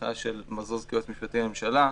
הנחיה של מזוז כיועץ משפטי לממשלה,